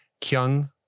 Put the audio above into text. Kyung